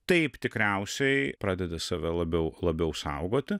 taip tikriausiai pradedi save labiau labiau saugoti